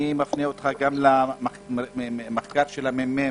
אני מפנה אותך למחקר של הממ"מ,